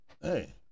Hey